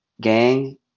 gang